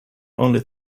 only